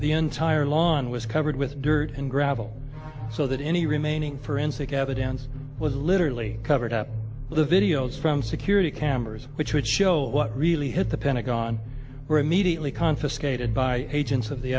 the entire lawn was covered with dirt and gravel so that any remaining forensic evidence was literally covered up the videos from security cameras which would show what really hit the pentagon were immediately confiscated by agents of the